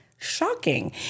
shocking